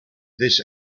this